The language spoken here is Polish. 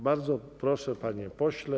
Bardzo proszę, panie pośle.